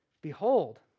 Behold